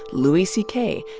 louis c k,